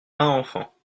enfants